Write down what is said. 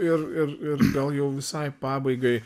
ir ir ir gal jau visai pabaigai